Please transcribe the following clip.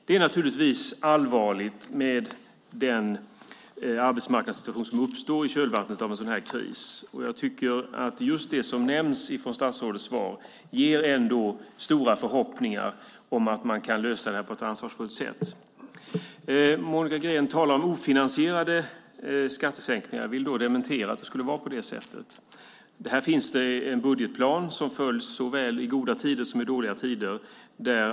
Det är naturligtvis allvarligt med den arbetsmarknadssituation som uppstår i kölvattnet av en sådan här kris. Jag tycker att det som statsrådet nämner i sitt svar ger stora förhoppningar om att man kan lösa det här på ett ansvarsfullt sätt. Monica Green talar om att skattesänkningarna är ofinansierade. Jag vill dementera att det skulle vara på det sättet. Det finns en budgetplan som följs i såväl dåliga som goda tider.